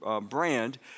Brand